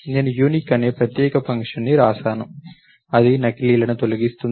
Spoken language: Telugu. నేను యూనీక్ అనే ప్రత్యేక ఫంక్షన్ను వ్రాస్తాను అది నకిలీలను తొలగిస్తుంది